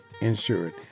insured